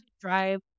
drive